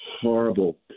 horrible